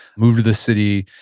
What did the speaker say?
move to this city.